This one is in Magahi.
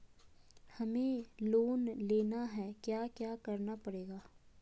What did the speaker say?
हमें लोन लेना है क्या क्या करना पड़ेगा?